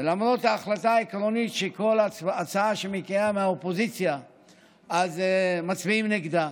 ולמרות ההחלטה העקרונית שכל הצעה שמגיעה מהאופוזיציה מצביעים נגדה,